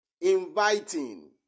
inviting